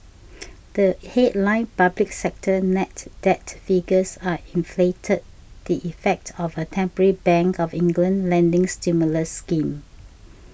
the headline public sector net debt figures are inflated the effect of a temporary Bank of England lending stimulus scheme